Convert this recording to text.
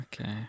okay